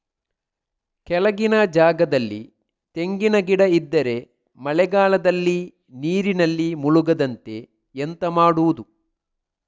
ಕೆಳಗಿನ ಜಾಗದಲ್ಲಿ ತೆಂಗಿನ ಗಿಡ ಇದ್ದರೆ ಮಳೆಗಾಲದಲ್ಲಿ ನೀರಿನಲ್ಲಿ ಮುಳುಗದಂತೆ ಎಂತ ಮಾಡೋದು?